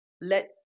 Let